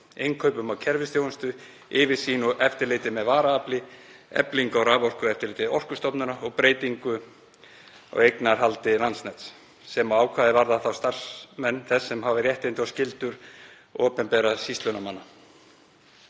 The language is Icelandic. innkaupum á kerfisþjónustu, yfirsýn og eftirliti með varaafli, eflingu á raforkueftirliti Orkustofnunar og breytingu á eignarhaldi Landsnets sem og ákvæði er varðar þá starfsmenn þess sem hafa réttindi og skyldur opinberra sýslunarmanna.